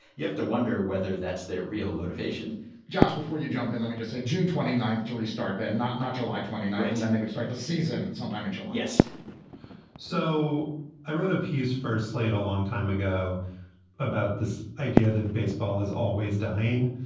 you have to wonder whether that's their real motivation josh, before you jump in, let me just say june. twenty ninth to restart, but not not july twenty nine, and that they would start the season sometime in july. yes so i wrote a piece for slate a long time ago about this idea that baseball is always dying,